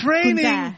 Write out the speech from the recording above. Training